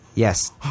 Yes